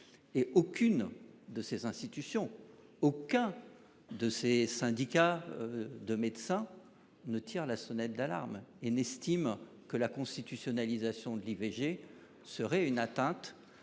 Or aucune de ces institutions, aucun de ces syndicats de médecins ne tire la sonnette d’alarme ni n’estime que la constitutionnalisation de l’IVG serait une atteinte